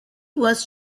was